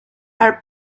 are